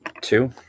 Two